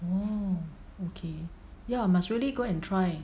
oh okay ya must really go and try